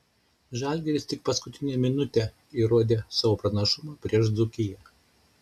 žalgiris tik paskutinę minutę įrodė savo pranašumą prieš dzūkiją